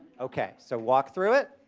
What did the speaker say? okay, so walk through it.